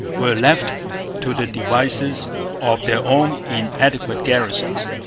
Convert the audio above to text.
were left to the devices of their own inadequate garrisons.